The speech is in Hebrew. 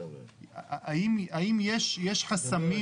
האם יש חסמים,